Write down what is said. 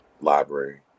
library